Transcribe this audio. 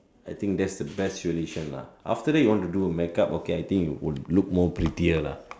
I think that's the best tradition lah after that you want to do a make-up okay I think you will look more prettier lah